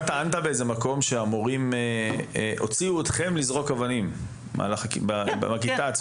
אתה טענת שהמורים הוציאו אתכם לזרוק אבנים בכיתה עצמה.